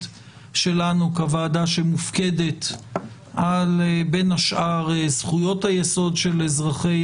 שלנו כוועדה שמופקדת בין השאר על זכויות היסוד של אזרחי